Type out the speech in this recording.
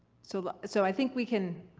so so i think we can.